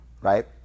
right